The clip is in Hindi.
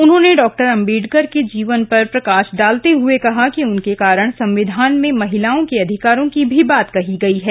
उन्होंने डॉ अंबेडकर के जीवन पर प्रकाश डालते हुए कहा कि उनके कारण संविधान में महिलाओं के अधिकारों की भी बात कही गई है